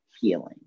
healing